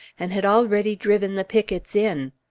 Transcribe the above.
and had already driven the pickets in!